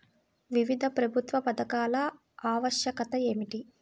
వివిధ ప్రభుత్వా పథకాల ఆవశ్యకత ఏమిటి?